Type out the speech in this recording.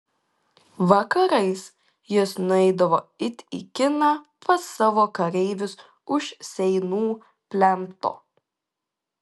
vakarais jis nueidavo it į kiną pas savo kareivius už seinų plento